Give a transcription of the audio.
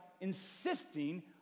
insisting